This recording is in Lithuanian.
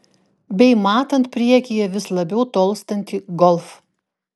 bei matant priekyje vis labiau tolstantį golf